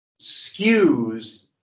skews